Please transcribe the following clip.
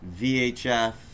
VHF